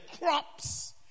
crops